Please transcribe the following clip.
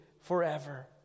forever